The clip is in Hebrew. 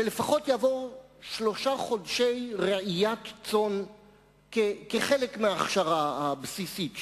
שלפחות יעבור שלושה חודשי רעיית צאן כחלק מההכשרה הבסיסית שלו,